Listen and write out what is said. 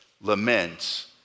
laments